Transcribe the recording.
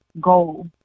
goal